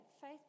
faith